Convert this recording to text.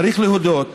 צריך להודות